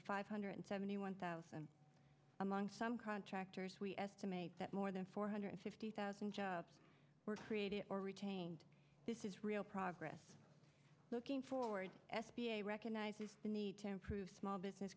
five hundred seventy one thousand among some contractors we estimate that more than four hundred fifty thousand jobs were created or retained this is real progress looking forward s b a recognizes the need to improve small business